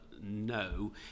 No